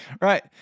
right